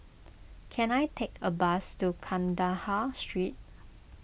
can I take a bus to Kandahar Street